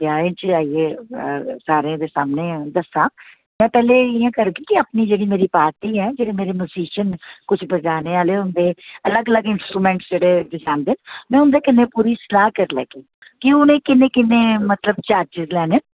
ब्याहें च आइयै सारें दे सामनै दस्सां मैं पैह्ले इ'यां करगी कि अपनी जेह्ड़ी मेरी पार्टी ऐ जेह्ड़े मेरे म्यूजिशियन न कुछ बजाने आह्ले होंदे अलग अलग इंस्ट्रू्रुमैंटस जेह्ड़े बजांदे न मैं उं'दे कन्नै पूरी सलाह् करी लैगी कि उ'नें किन्ने किन्ने मतलब चार्जेस लैने